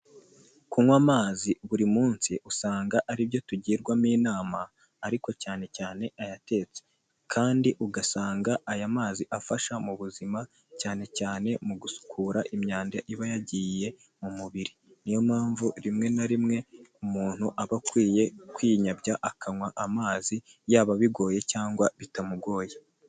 Kunywa amazi buri munsi usanga aribyo tugirwamo inama ariko cyane cyane ayatetse, kandi ugasanga aya mazi afasha mu buzima cyane cyane mu gusukura imyanda iba yagiye mu mubiri. Niyo mpamvu rimwe na rimwe umuntu aba akwiye kwinyabya akanywa amazi, yaba bigoye cyangwa bitamugoye.